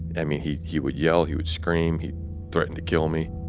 and mean, he he would yell. he would scream. he threatened to kill me.